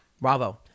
bravo